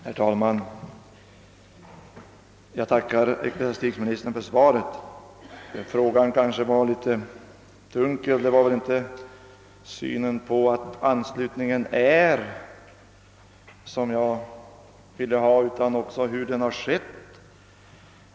Herr talman! Jag tackar ecklesiastikministern för svaret. Min fråga kanske var litet dunkelt formulerad. Det var inte synen på att svenska kyrkan är ansluten till Kyrkornas världsråd som jag ville ha en redogörelse för utan också för hur anslutningen har kommit till stånd.